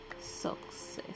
success